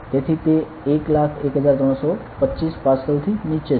તેથી તે 101325 પાસ્કલ થી નીચે છે